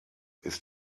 ist